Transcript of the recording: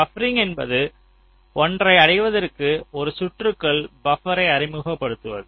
buffering என்பது ஒன்றை அடைவதற்கு ஒரு சுற்றுக்குள் பபர்ரை அறிமுகப்படுத்துவது